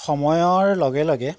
সময়ৰ লগে লগে